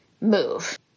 move